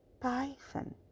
python